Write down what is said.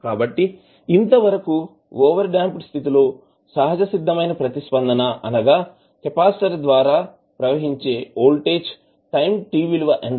కాబట్టి ఇంతవరకు ఓవర్డ్యాంప్డ్ స్థితి లో సహజసిద్దమైన ప్రతిస్పందన అనగా కెపాసిటర్ ద్వారా ప్రవహించే వోల్టేజ్ టైం t విలువ ఎంత వున్నా అవుతుంది